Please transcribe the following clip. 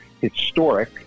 historic